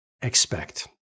expect